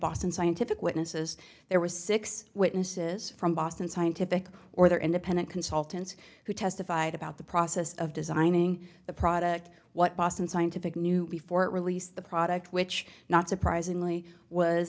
boston scientific witnesses there were six witnesses from boston scientific or their independent consultants who testified about the process of designing the product what boston scientific knew before it released the product which not surprisingly was